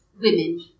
women